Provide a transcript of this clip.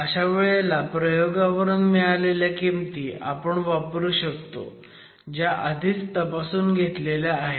अशा वेळेला प्रयोगावरून मिळालेल्या किमती आपण वापरू शकतो ज्या आधीच तपासून घेतलेल्या आहेत